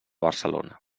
barcelona